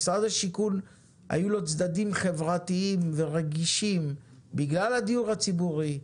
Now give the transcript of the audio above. למשרד השיכון היו צדדים חברתיים ורגישים בגלל הדיור הציבורי,